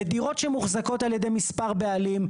בדירות שמוחזקות על ידי מספר בעלים,